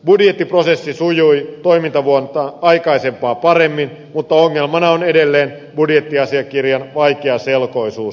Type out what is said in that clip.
budjettiprosessi sujui toimintavuonna aikaisempaa paremmin mutta ongelmana on edelleen budjettiasiakirjan vaikeaselkoisuus